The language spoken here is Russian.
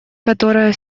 которая